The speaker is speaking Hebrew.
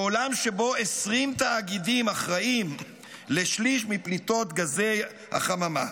בעולם שבו 20 תאגידים אחראים לשליש מפליטות גזי החממה,